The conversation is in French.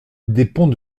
dépend